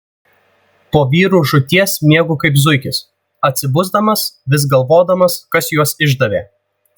po vyrų žūties miegu kaip zuikis atsibusdamas vis galvodamas kas juos išdavė